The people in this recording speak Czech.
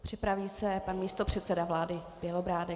Připraví se pan místopředseda vlády Bělobrádek.